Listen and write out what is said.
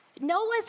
Noah's